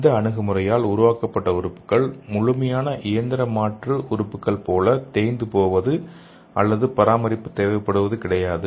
இந்த அணுகுமுறையால் உருவாக்கப்பட்ட உறுப்புகள்முழு இயந்திர மாற்று உறுப்புகள் போல தேய்ந்து போவது அல்லது பராமரிப்பு தேவைப்படுவது கிடையாது